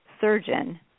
surgeon